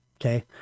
okay